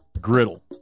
Griddle